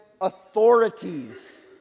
authorities